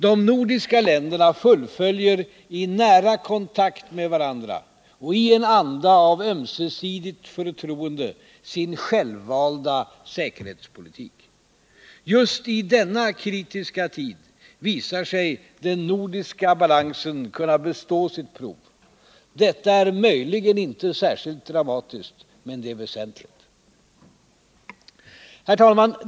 De nordiska länderna fullföljer i nära kontakt med varandra och i en anda av ömsesidigt förtroende sin självvalda säkerhetspolitik. Just i denna kritiska tid visar sig den nordiska balansen kunna bestå sitt prov. Detta är möjligen inte särskilt dramatiskt. Men det är väsentligt. Herr talman!